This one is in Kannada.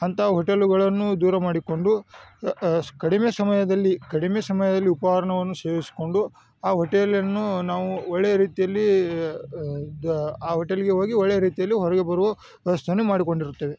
ಅಂತ ಹೋಟೆಲುಗಳನ್ನು ದೂರ ಮಾಡಿಕೊಂಡು ಕಡಿಮೆ ಸಮಯದಲ್ಲಿ ಕಡಿಮೆ ಸಮಯದಲ್ಲಿ ಉಪಹಾರವನ್ನು ಸೇವಿಸಿಕೊಂಡು ಆ ಹೋಟೆಲನ್ನು ನಾವು ಒಳ್ಳೆಯ ರೀತಿಯಲ್ಲಿ ಆ ಹೋಟೆಲಿಗೆ ಹೋಗಿ ಒಳ್ಳೆಯ ರೀತಿಯಲ್ಲಿ ಹೊರಗೆ ಬರುವ ವ್ಯವಸ್ಥೆಯನ್ನು ಮಾಡಿಕೊಂಡಿರುತ್ತೇವೆ